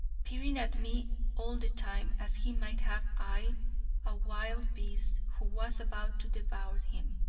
peering at me all the time as he might have eyed a wild beast who was about to devour him.